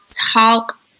talk